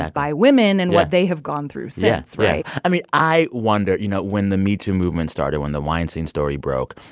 by women and what they have gone through since. right? i mean, i wondered you know, when the metoo movement started, when the weinstein story broke,